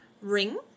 ring